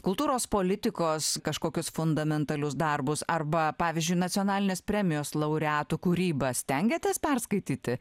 kultūros politikos kažkokius fundamentalius darbus arba pavyzdžiui nacionalinės premijos laureatų kūrybą stengiatės perskaityti